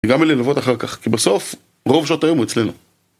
הגענו ללוות אחר כך כי בסוף רוב שעות היום הוא אצלנו